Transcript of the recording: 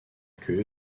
queue